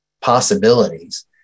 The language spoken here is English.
possibilities